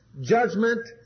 judgment